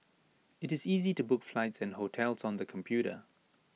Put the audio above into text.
IT is easy to book flights and hotels on the computer